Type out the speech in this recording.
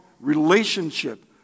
relationship